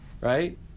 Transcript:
right